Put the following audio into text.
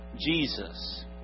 Jesus